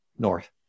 north